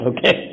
Okay